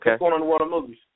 Okay